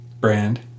Brand